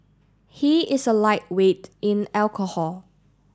he is a lightweight in alcohol